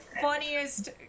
funniest